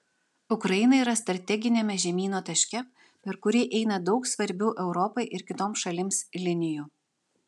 ukraina yra strateginiame žemyno taške per kurį eina daug svarbių europai ir kitoms šalims linijų